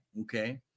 Okay